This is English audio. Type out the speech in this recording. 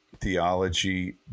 theology